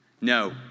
No